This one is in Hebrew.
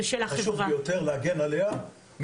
חשוב ביותר להגן על האישה.